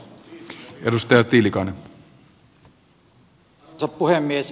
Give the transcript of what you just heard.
arvoisa puhemies